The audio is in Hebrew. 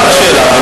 לא, תענה על השאלה.